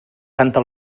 canta